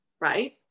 right